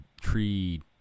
tree